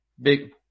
Big